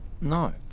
No